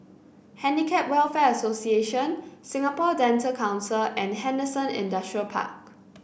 Handicap Welfare Association Singapore Dental Council and Henderson Industrial Park